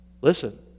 Listen